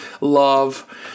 love